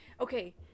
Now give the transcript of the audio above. Okay